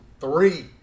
three